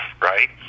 right